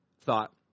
thought